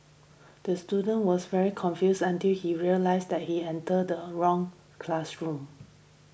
the student was very confused until he realised that he entered the wrong classroom